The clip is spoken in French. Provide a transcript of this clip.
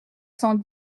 cent